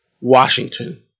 Washington